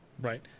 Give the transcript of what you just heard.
Right